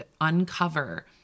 uncover